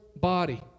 body